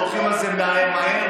והולכים עם זה מהר מהר,